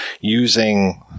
using